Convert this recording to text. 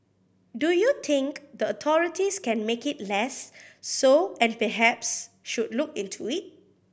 do you think the authorities can make it less so and perhaps should look into it